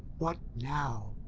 what now?